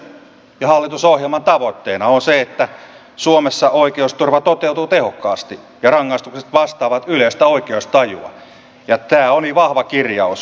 hallituksen ja hallitusohjelman tavoitteena on se että suomessa oikeusturva toteutuu tehokkaasti ja rangaistukset vastaavat yleistä oikeustajua ja tämä oli vahva kirjaus